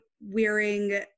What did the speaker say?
wearing